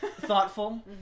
Thoughtful